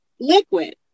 liquid